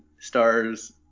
stars